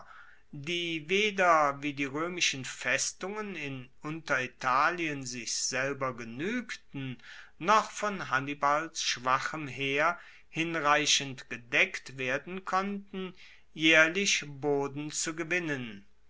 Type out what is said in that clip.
die weder wie die roemischen festungen in unteritalien sich selber genuegten noch von hannibals schwachem heer hinreichend gedeckt werden konnten jaehrlich boden zu gewinnen